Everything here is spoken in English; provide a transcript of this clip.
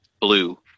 Blue